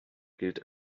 gilt